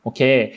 Okay